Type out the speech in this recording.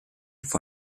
vor